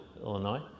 Illinois